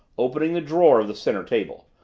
opening the drawer of the center table,